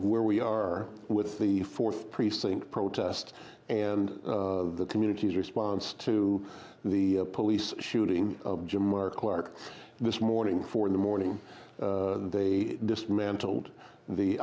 where we are with the fourth precinct protest and the community's response to the police shooting jimmer clark this morning four in the morning they dismantled the